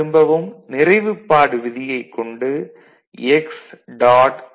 திரும்பவும் நிறைவுப்பாடு விதியைக் கொண்டு x